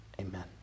Amen